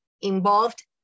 involved